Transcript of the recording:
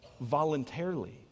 voluntarily